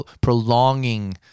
prolonging